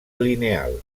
lineal